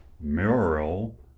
mural